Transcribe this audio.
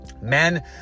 Men